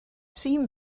seem